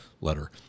letter